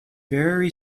very